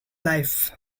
life